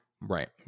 Right